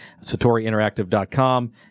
satoriinteractive.com